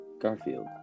Garfield